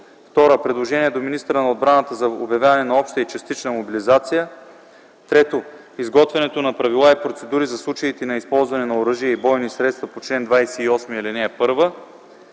2. предложенията до министъра на отбраната за обявяване на обща и частична мобилизация; 3. изготвянето на правила и процедури за случаите на използване на оръжие и бойни средства по чл. 28, ал. 1;